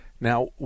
now